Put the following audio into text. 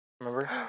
Remember